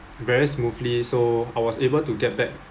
very smoothly so I was able to get back